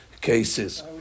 cases